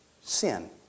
sin